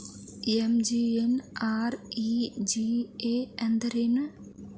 MGNREGA ಅಂದ್ರೆ ಏನು?